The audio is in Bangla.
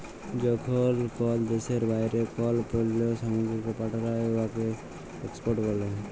যখল কল দ্যাশের বাইরে কল পল্ল্য সামগ্রীকে পাঠাল হ্যয় উয়াকে এক্সপর্ট ব্যলে